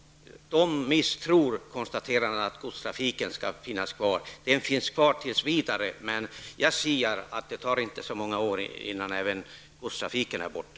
De misstror regeringens konstaterande att godstrafiken skall finnas kvar. Den finns kvar tills vidare, men jag siar att det inte kommer att ta så många år innan även godstrafiken är borta.